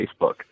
Facebook